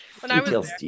Details